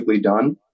done